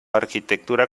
arquitectura